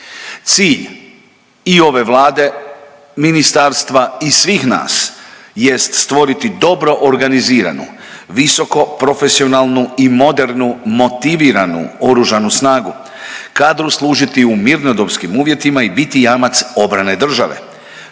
Cilj i ove Vlade, ministarstva i svih nas jest stvoriti dobro organiziranu visoko profesionalno i modernu motiviranu oružanu snagu kadru služiti u mirnodopskim uvjetima i biti jamac obrane države.